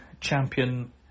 Champion